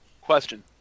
Question